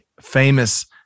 famous